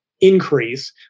increase